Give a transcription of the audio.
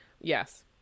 Yes